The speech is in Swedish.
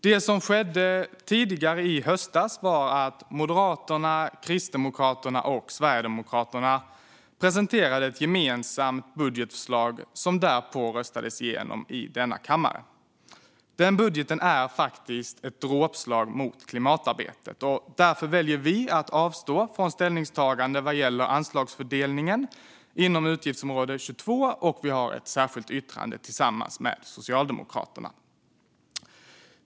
Det som skedde tidigare i höstas var att Moderaterna, Kristdemokraterna och Sverigedemokraterna presenterade ett gemensamt budgetförslag som därpå röstades igenom i denna kammare. Den budgeten är faktiskt ett dråpslag mot klimatarbetet. Därför väljer vi att avstå från ställningstagande vad gäller anslagsfördelningen inom utgiftsområde 22. Vi har också ett särskilt yttrande tillsammans med Socialdemokraterna.